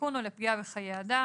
לסיכון או לפגיעה בחיי אדם,